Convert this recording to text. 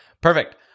Perfect